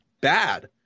bad